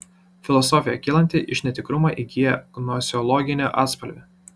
filosofija kylanti iš netikrumo įgyja gnoseologinį atspalvį